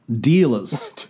dealers